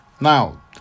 Now